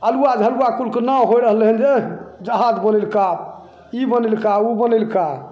अल्हुआ झलुआ कुलके नाम होइ रहलै हँ जे एह जहाज बनेलका ई बनेलकाह ओ बनेलकाह